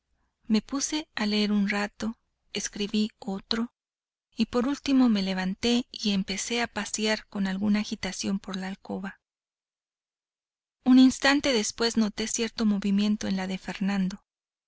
me puse a leer un rato escribí otro y por último me levanté y empecé a pasear con alguna agitación por la alcoba un instante después noté cierto movimiento en la de fernando